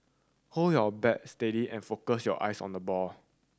hold your bat steady and focus your eyes on the ball